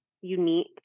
unique